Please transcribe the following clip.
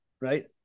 right